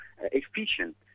efficient